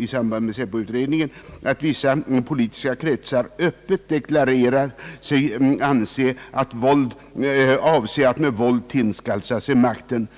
i samband med SÄPO-utredningen — att vissa politiska kretsar öppet deklarerat sig avse att med våld tillskansa sig makten.